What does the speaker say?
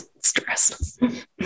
Stress